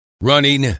running